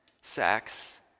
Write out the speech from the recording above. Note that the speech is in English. sex